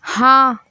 हाँ